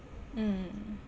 mm